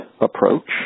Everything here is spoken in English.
approach